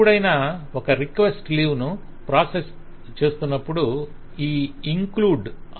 ఎప్పుడైనా ఒక request leave ను ప్రాసెస్ చేస్తునప్పుడు ఈ ఇంక్లూడ్ అవసరముంటుంది